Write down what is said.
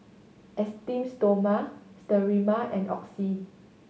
Esteem Stoma Sterimar and Oxy